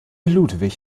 ludwig